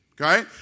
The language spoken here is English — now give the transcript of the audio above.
Okay